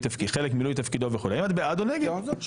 את לא יודעת.